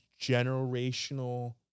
generational